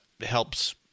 helps